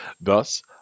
Thus